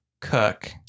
Cook